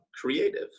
creative